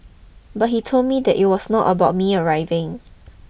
but he told me that it was not about me arriving